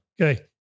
Okay